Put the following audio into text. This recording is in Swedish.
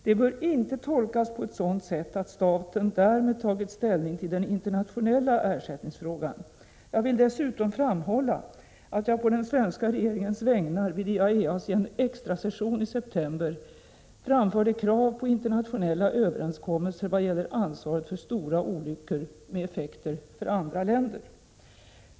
De bör inte tolkas på sådant sätt, att staten därmed tagit ställning till den internationella ersättningsfrågan. Jag vill dessutom framhålla att jag på den svenska regeringens vägnar vid IAEA:s extrasession i september framförde krav på internationella överenskommelser vad gäller ansvaret för stora olyckor med effekter för andra länder.